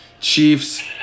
Chiefs